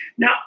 Now